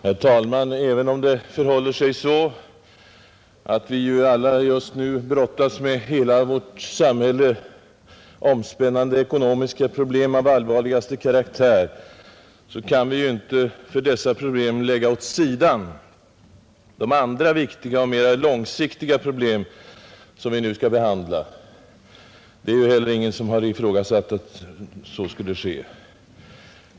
Herr talman! Även om det förhåller sig så att vi alla just nu brottas med hela vårt samhälle omspännande ekonomiska problem av allvarligaste karaktär, kan vi inte på grund av dessa problem lägga åt sidan de andra viktiga och mera långsiktiga problem som vi nu skall behandla. Ingen har ju heller ifrågasatt att så skulle ske.